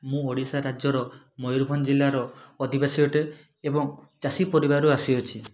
ମୁଁ ଓଡ଼ିଶା ରାଜ୍ୟର ମୟୂରଭଞ୍ଜ ଜିଲ୍ଲାର ଅଧିବାସୀ ଅଟେ ଏବଂ ଚାଷୀ ପରିବାରରୁ ଆସିଅଛି